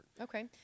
Okay